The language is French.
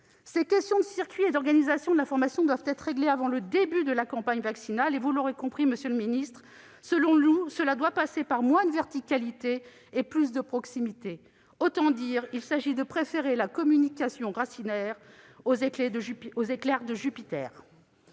Ces questions de circuit et d'organisation de l'information doivent être réglées avant le début de la campagne vaccinale. Comme vous l'aurez compris, monsieur le ministre, cela doit passer, selon nous, par moins de verticalité et plus de proximité. Autrement dit, il s'agit de préférer la communication racinaire aux éclairs de Jupiter